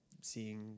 seeing